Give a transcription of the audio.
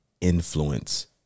influence